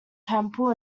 temple